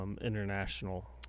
International